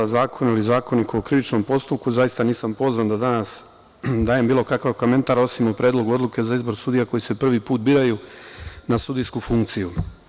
O zakonima vezanim za mrežu sudova, ZKP zaista nisam pozvan da danas dajem bilo kakav komentar, osim o Predlogu odluke za izbor sudija koji se prvi put biraju na sudijsku funkciju.